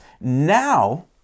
Now